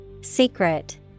Secret